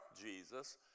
Jesus